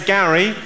Gary